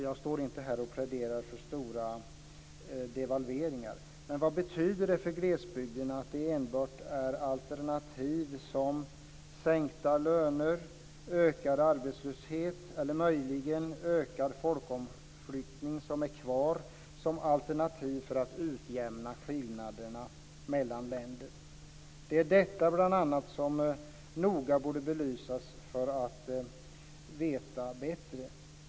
Jag står inte här och pläderar för stora devalveringar, men vad betyder det för glesbygden att det enbart är alternativ som sänkta löner, ökad arbetslöshet eller möjligen ökad folkomflyttning som är kvar för att utjämna skillnaderna mellan länder? Det är bl.a. detta som noga borde belysas för att man skall få veta bättre.